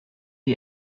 you